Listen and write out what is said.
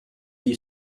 you